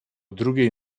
drugiej